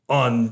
on